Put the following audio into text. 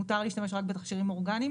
מותר להשתמש רק בתכשירים אורגניים